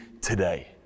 today